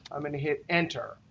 i'm going to hit enter.